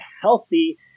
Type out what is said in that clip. healthy